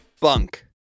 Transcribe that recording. bunk